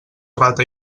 rata